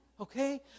okay